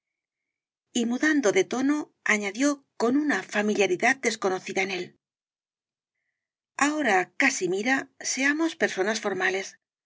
y mudando de tono añadió con una familiaridad desconocida en é l ahora casimira seamos personas formales